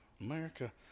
America